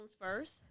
first